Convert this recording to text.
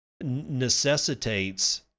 necessitates